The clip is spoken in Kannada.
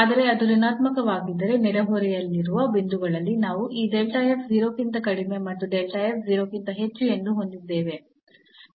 ಆದರೆ ಅದು ಋಣಾತ್ಮಕವಾಗಿದ್ದರೆ ನೆರೆಹೊರೆಯಲ್ಲಿರುವ ಬಿಂದುಗಳಲ್ಲಿ ನಾವು ಈ 0 ಕ್ಕಿಂತ ಕಡಿಮೆ ಮತ್ತು delta f 0 ಗಿಂತ ಹೆಚ್ಚು ಎಂದು ಹೊಂದಿದ್ದೇವೆ